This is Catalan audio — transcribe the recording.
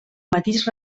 matís